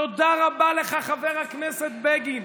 תודה רבה לך, חבר הכנסת בגין.